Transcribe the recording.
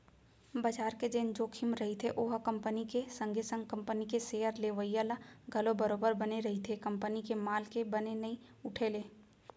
बजार के जेन जोखिम रहिथे ओहा कंपनी के संगे संग कंपनी के सेयर लेवइया ल घलौ बरोबर बने रहिथे कंपनी के माल के बने नइ उठे ले